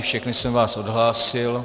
Všechny jsem vás odhlásil.